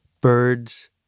birds